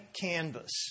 canvas